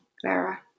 Clara